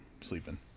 sleeping